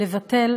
לבטל